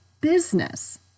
business